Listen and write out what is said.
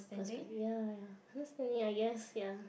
prospect ya ya understanding I guess ya